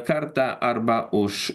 kartą arba už